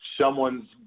someone's